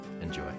Enjoy